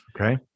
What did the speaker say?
Okay